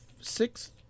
six